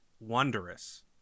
Wondrous